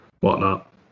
whatnot